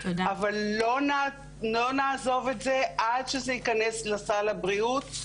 אבל לא נעזוב את זה עד שזה ייכנס לסל הבריאות.